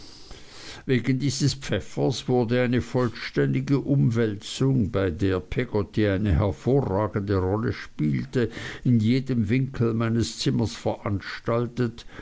wegen dieses pfeffers wurde eine vollständige umwälzung bei der peggotty eine hervorragende rolle spielte in jedem winkel meines zimmers veranstaltet